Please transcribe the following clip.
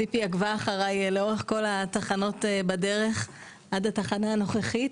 ציפי עקבה אחריי לאורך כל התחנות בדרך עד התחנה הנוכחית.